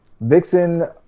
Vixen